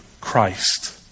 Christ